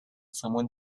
someone